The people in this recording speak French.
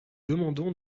demandons